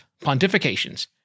Pontifications